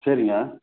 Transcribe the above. சரிங்க